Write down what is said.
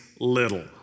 little